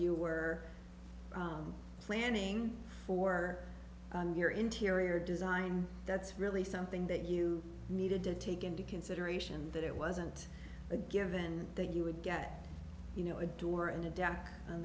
you were planning for your interior design that's really something that you needed to take into consideration that it wasn't a given that you would get you know a door and a desk